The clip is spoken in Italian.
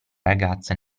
ragazza